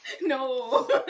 No